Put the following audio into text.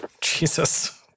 Jesus